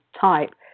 type